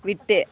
விட்டு